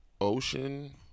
ocean